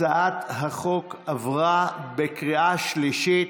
הצעת החוק עברה בקריאה שלישית